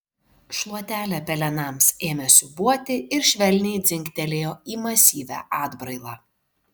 šluotelė pelenams ėmė siūbuoti ir švelniai dzingtelėjo į masyvią atbrailą